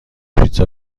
پیتزا